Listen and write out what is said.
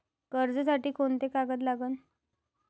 कर्जसाठी कोंते कागद लागन?